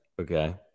okay